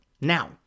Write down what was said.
Now